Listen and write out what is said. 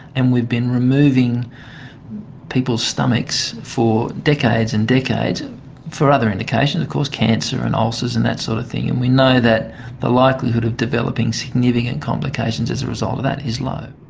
and we've been removing people's stomachs for decades and decades for other indications of course, cancer and ulcers and that sort of thing, and we know that the likelihood of developing significant complications complications as a result of that is low.